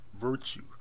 virtue